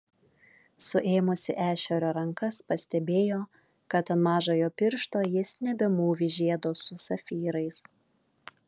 suėmusi ešerio rankas pastebėjo kad ant mažojo piršto jis nebemūvi žiedo su safyrais